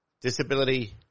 disability